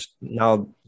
now